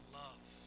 love